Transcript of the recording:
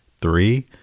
Three